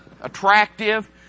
attractive